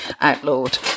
outlawed